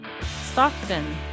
Stockton